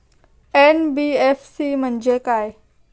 NBFC म्हणजे काय?